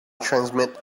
transmit